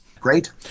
Great